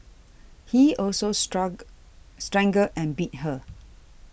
he also struggle strangled and beat her